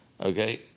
okay